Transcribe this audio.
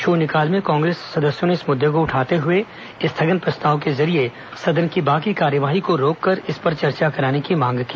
शून्यकाल में कांग्रेस सदस्यों ने इस मुद्दे को उठाते हुए स्थगन प्रस्ताव के जरिये सदन की बाकी कार्यवाही को रोककर इस पर चर्चा कराने की मांग की